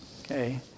Okay